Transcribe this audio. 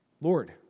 Lord